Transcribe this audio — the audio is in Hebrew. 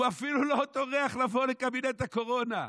הוא אפילו לא טורח לבוא לקבינט הקורונה,